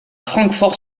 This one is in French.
francfort